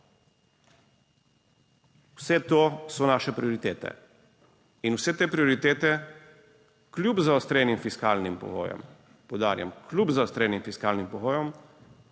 Vse to so naše prioritete in vse te prioritete kljub zaostrenim fiskalnim pogojem, poudarjam, kljub zaostrenim fiskalnim pogojem